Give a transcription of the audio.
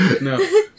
No